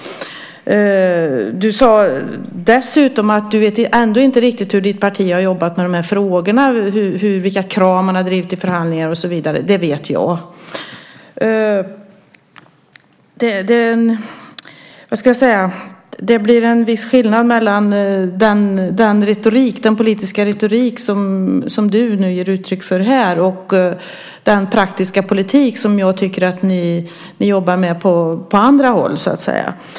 Du sade dessutom att du ändå inte riktigt vet hur ditt parti har jobbat med de här frågorna, vilka krav ni har drivit i förhandlingar och så vidare. Det vet jag. Det blir en viss skillnad mellan den politiska retorik som du nu ger uttryck för här och den praktiska politik som jag tycker att ni jobbar med på andra håll.